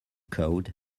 code